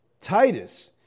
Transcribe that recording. Titus